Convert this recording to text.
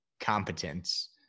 competence